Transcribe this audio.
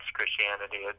Christianity